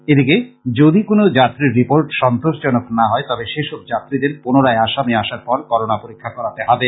এদিকে যদি কোনো যাত্রীর রিপোর্ট সন্তোষজনক না হয় তবে সেসব যাত্রীদের পুনরায় আসামে আসার পর করোনা পরীক্ষা করতে হবে